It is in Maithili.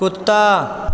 कुत्ता